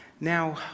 now